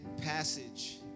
passage